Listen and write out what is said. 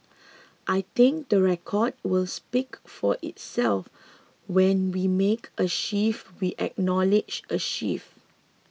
I think the record will speak for itself when we make a shift we acknowledge a shift